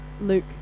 Luke